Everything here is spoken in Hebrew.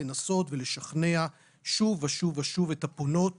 לנסות לשכנע שוב ושוב ושוב את הפונות